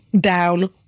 down